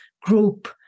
group